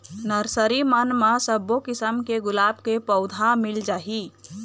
nursery मन म सब्बो किसम के गुलाब के पउधा मिल जाही